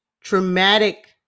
traumatic